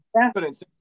confidence